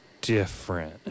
different